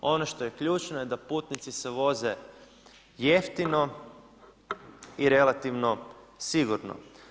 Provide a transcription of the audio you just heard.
Ono što je ključno je da putnici se voze jeftino i relativno sigurno.